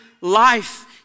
life